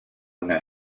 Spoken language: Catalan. una